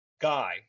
guy